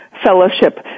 Fellowship